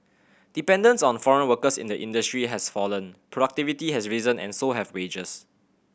dependence on foreign workers in the industry has fallen productivity has risen and so have wages